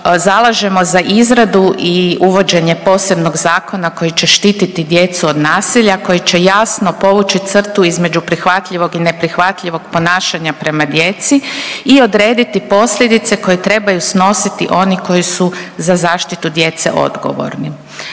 zalažemo za izradu i uvođenje posebnog zakona koji će štititi djecu od nasilja koji će jasno povući crtu između prihvatljivog i neprihvatljivog ponašanja prema djeci i odrediti posljedice koje trebaju snositi oni koji su za zaštitu djece odgovorni.